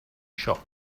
shop